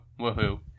Woohoo